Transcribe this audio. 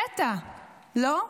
קטע, לא?